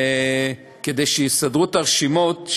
כדי שיסדרו את הרשימות,